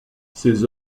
ses